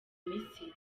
misiri